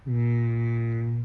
mm